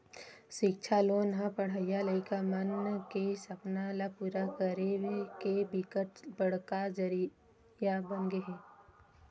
सिक्छा लोन ह पड़हइया लइका मन के सपना ल पूरा करे के बिकट बड़का जरिया बनगे हे